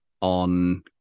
on